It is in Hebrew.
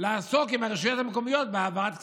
לעסוק עם הרשויות המקומיות בהעברת כספים.